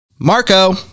Marco